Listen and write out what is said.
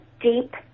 deep